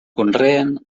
conreen